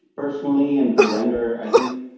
personally, and for render, i think